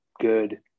good